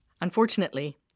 Unfortunately